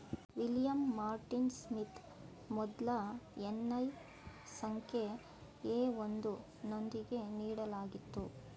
William Martin Smith ಮೊದ್ಲ N I ಸಂಖ್ಯೆ A ಒಂದು ನೊಂದಿಗೆ ನೀಡಲಾಗಿತ್ತು